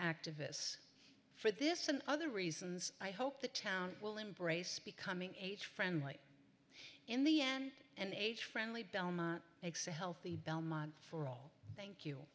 activists for this and other reasons i hope the town will embrace becoming age friendly in the end and age friendly makes a healthy belmont for all that thank you